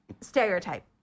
stereotype